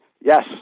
Yes